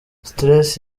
stress